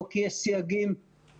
או כי יש סייגים חברתיים,